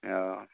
औ